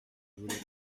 voulez